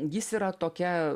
jis yra tokia